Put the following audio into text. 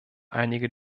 einige